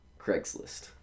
Craigslist